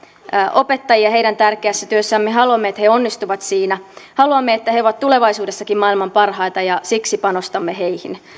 opettajia heidän tärkeässä työssään me haluamme että he onnistuvat siinä haluamme että he ovat tulevaisuudessakin maailman parhaita ja siksi panostamme heihin